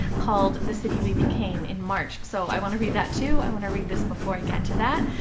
called the city we became, in march, so i want to read that too. i want to read this before i get to that.